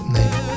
Name